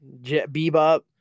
bebop